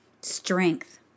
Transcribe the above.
strength